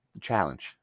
Challenge